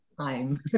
time